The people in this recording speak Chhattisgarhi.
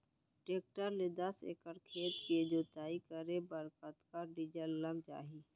टेकटर ले दस एकड़ खेत के जुताई करे बर कतका डीजल लग जाही?